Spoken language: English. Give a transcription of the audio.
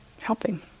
helping